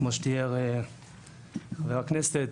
כמו שתיאר חבר הכנסת,